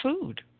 food